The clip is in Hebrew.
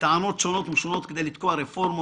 היו טענות שונות ומשונות כדי לתקוע רפורמות,